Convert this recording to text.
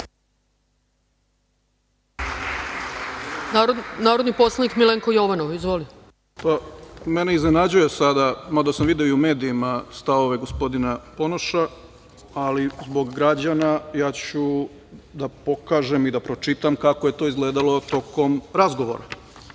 Jovanov. Izvolite. **Milenko Jovanov** Mene iznenađuje sada, mada sam video i u medijima stavove gospodina Ponoša, ali zbog građana ću da pokažem i da pročitam kako je to izgledalo tokom razgovora. Dakle,